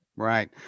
Right